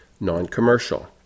Non-commercial